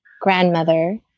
grandmother